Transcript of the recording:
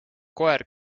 koer